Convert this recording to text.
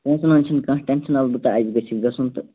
پونٛسَن ہُنٛد چھُنہٕ کانٛہہ ٹٮ۪نشن البتہ اَسہِ گَژھِ یہِ گَژھُن تہٕ